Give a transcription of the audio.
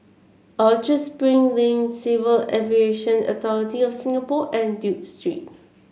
Orchard Spring Lane Civil Aviation Authority of Singapore and Duke Street